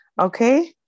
Okay